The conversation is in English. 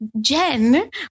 Jen